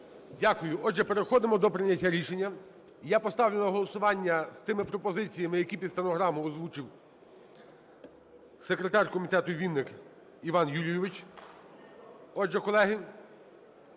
Дякую. Отже, переходимо до прийняття рішення. Я поставлю на голосування з тими пропозиціями, які під стенограму озвучив секретар комітету Вінник Іван Юлійович. Отже, колеги,